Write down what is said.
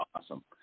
awesome